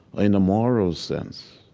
in the moral sense,